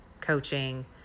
coaching